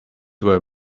were